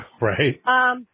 Right